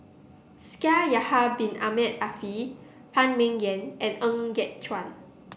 Shaikh Yahya Bin Ahmed Afifi Phan Ming Yen and Ng Yat Chuan